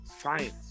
science